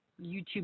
YouTube